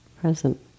present